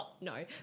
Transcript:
No